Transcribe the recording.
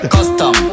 Custom